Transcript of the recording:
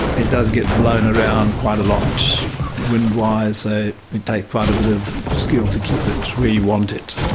it does get blown around quite a lot wind-wise, so ah it takes quite a bit of skill to keep it where you want it.